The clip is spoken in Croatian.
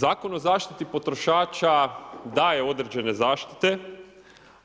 Zakon o zaštiti potrošača daje određene zaštite